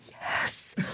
yes